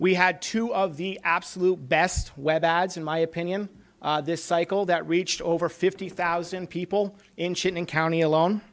we had two of the absolute best web ads in my opinion this cycle that reached over fifty thousand people in chinon county alone